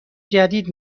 جدید